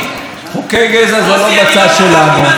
אם תרצה שיעור תורה, אני אקח אותך.